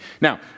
Now